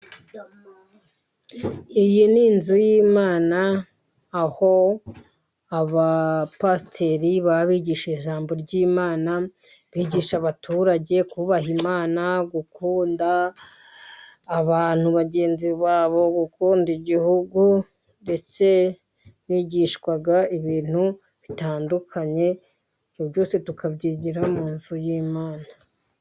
Iyi ni inzu y'Imana, aho abapasiteri baba bigisha ijambo ry'Imana. Bigisha abaturage kubaha Imana, gukunda abantu bagenzi babo, gukunda Igihugu ndetse bigisha ibintu bitandukanye. Byose tukabyigira mu nzu y'Imana.